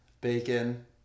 Bacon